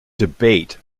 debate